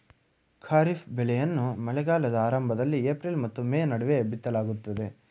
ಖಾರಿಫ್ ಬೆಳೆಗಳನ್ನು ಮಳೆಗಾಲದ ಆರಂಭದಲ್ಲಿ ಏಪ್ರಿಲ್ ಮತ್ತು ಮೇ ನಡುವೆ ಬಿತ್ತಲಾಗುತ್ತದೆ